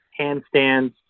handstands